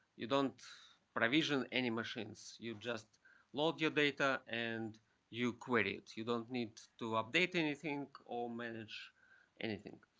you don't provision any machines. you just log your data and you query it. you don't need to update anything or manage anything.